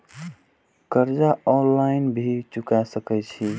कर्जा ऑनलाइन भी चुका सके छी?